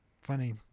funny